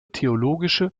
theologische